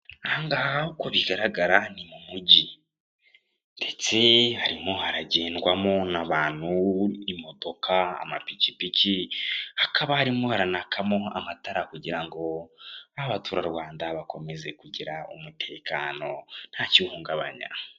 Aha ngaha uko bigaragara ni mu mujyi ndetse harimo haragendwamo n'abantu, imodoka, amapikipiki, hakaba harimo haranakamo amatara kugira ngo Abaturarwanda bakomeze kugira umutekano ntakiwuhungabanya.